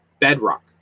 bedrock